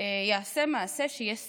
יעשה מעשה שיהיה סמל.